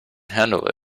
handle